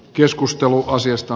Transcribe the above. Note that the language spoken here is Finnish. keskustelu asiasta